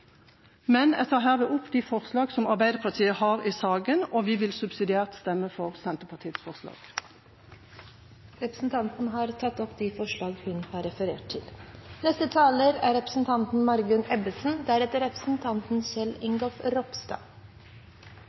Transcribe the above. men jeg tar herved opp de forslagene som Arbeiderpartiet har i saken. Vi vil subsidiert stemme for Senterpartiets forslag. Representanten Kari Henriksen har tatt opp de forslagene hun refererte til.